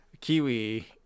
Kiwi